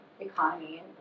economy